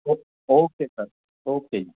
okay okay sir okay ਜੀ